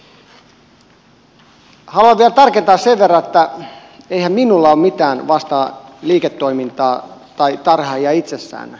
haluan vielä tarkentaa sen verran että eihän minulla ole mitään liiketoimintaa tai tarhaajia itsessään vastaan